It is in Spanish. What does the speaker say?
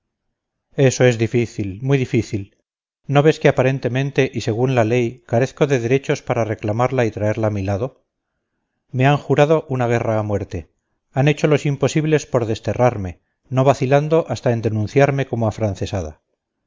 eso es difícil muy difícil no ves que aparentemente y según la ley carezco de derechos para reclamarla y traerla a mi lado me han jurado una guerra a muerte han hecho los imposibles por desterrarme no vacilando hasta en denunciarme como afrancesada